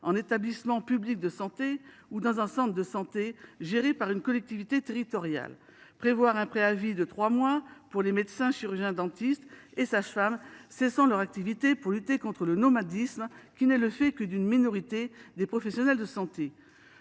en établissement public de santé ou dans un centre de santé géré par une collectivité territoriale ; préavis de trois mois pour les médecins, chirurgiens dentistes et sages femmes cessant leur activité pour lutter contre le nomadisme, qui n’est le fait que d’une minorité des professionnels de santé